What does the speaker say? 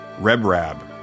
Rebrab